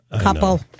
couple